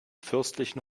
fürstlichen